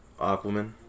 Aquaman